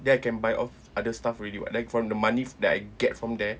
then I can buy off other stuff already [what] like from the money that I get from there